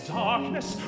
darkness